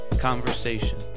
conversation